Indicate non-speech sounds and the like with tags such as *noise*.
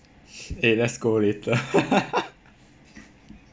eh let's go later *laughs*